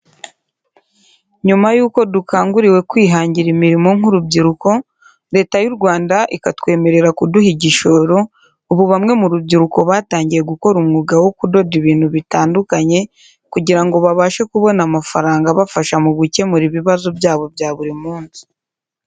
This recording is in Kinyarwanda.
Nyuma y'uko dukanguriwe kwihangira imirimo nk'urubyiruko Leta y'u Rwanda ikatwemerera kuduha igishoro ubu bamwe mu rubyiruko batangiye gukora umwuga wo kudoda ibintu bitandukanye kugira ngo babashe kubona amafaranga abafasha mu gukemura ibibazo byabo bya buri munsi.